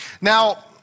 Now